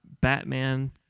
Batman